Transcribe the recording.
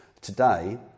today